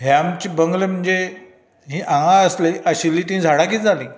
हे आमचे बंगले म्हणजे ही हांगा आसले आशिल्ली ती झाडां कितें जाली